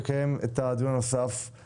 תודה רבה לכולם, הישיבה נעולה.